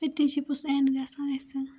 ٲتی چھُ پَتہٕ سُہ ایٚنڈ گَژھان اَسہِ